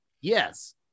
Yes